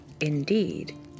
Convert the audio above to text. Indeed